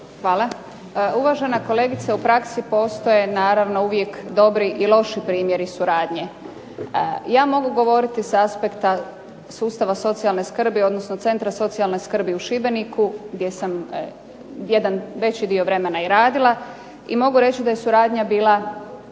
Hvala. Uvažena kolegice, u praksi postoje naravno uvijek dobri i loši primjeri suradnje. Ja mogu govoriti sa aspekta sustava socijalne skrbi odnosno centra socijalne skrbi u Šibeniku gdje sam jedan veći dio vremena i radila i mogu reći da je suradnja bila